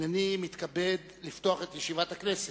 הנני מתכבד לפתוח את ישיבת הכנסת.